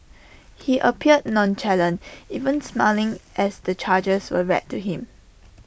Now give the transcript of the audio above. he appeared nonchalant even smiling as the charges were read to him